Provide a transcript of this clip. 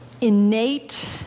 innate